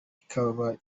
ikaba